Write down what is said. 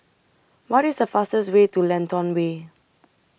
What IS The fastest Way to Lentor Way